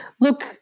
Look